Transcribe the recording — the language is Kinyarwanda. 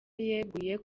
yeguye